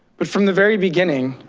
but from the very beginning,